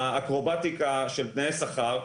האקרובטיקה של תנאי שכר,